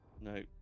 No